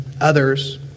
others